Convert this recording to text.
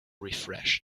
refreshed